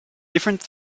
different